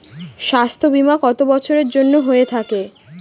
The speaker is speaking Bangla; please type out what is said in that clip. স্বাস্থ্যবীমা কত বছরের জন্য হয়ে থাকে?